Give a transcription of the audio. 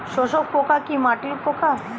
শোষক পোকা কি মাটির পোকা?